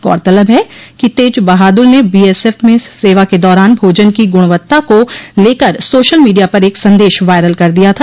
गौरतलब है कि तेज बहादुर ने बीएसएफ में सेवा के दौरान भोजन की गुणवत्ता को लेकर सोशल मीडिया पर एक संदेश वायरल कर दिया था